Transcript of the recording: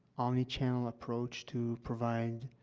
omni-channel approach to provide,